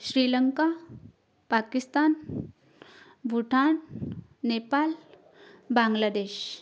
Sri Lanka Pakistan Bhutan Nepal Bangladesh